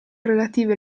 relative